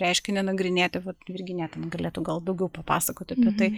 reiškinį nagrinėti vat viginija ten galėtų gal daugiau papasakot apie tai